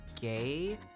gay